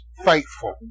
faithful